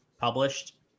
published